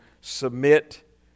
submit